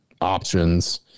options